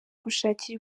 gushakira